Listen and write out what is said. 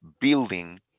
building